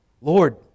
lord